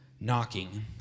knocking